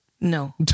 No